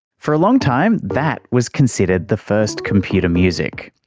for a long time that was considered the first computer music.